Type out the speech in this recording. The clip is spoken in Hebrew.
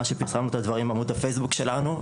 אנחנו פרסמנו את הדברים בעמוד הפייסבוק שלנו,